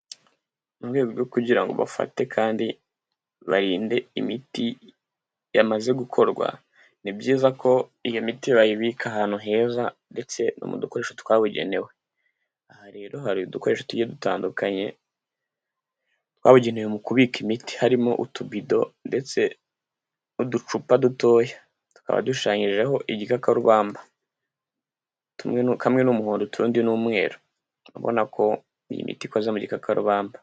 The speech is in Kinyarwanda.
Mu rwego rwo kugira ngo bafate kandi barinde imiti yamaze gukorwa, ni byiza ko iyo miti bayibika ahantu heza ndetse no mu dukoresho twabugenewe. Aha rero hari udukoresho tugiye dutandukanye twabugenewe mu kubika imiti harimo utubido ndetse n'uducupa dutoya, tukaba dushushanyijeho igikakarubamba; kamwe ni umuhondondi akandi ni umweru ubona ko iyi miti ikoze mu gika kakarubamba.